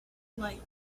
like